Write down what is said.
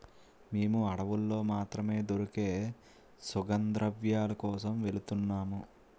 మేము అడవుల్లో మాత్రమే దొరికే సుగంధద్రవ్యాల కోసం వెలుతున్నాము